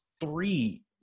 three